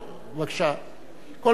אני אומר לכם בחברות,